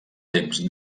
temps